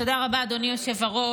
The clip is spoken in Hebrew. תודה רבה, אדוני היושב-ראש.